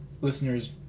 Listeners